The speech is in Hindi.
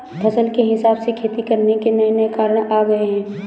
फसल के हिसाब से खेती करने के नये नये उपकरण आ गये है